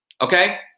okay